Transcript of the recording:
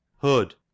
Hood